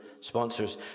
sponsors